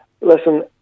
listen